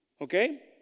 Okay